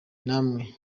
namwe